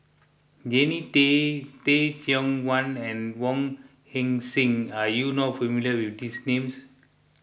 Jannie Tay Teh Cheang Wan and Wong Heck Sing are you not familiar with these names